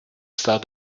start